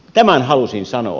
tämän halusin sanoa